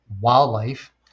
wildlife